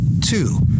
Two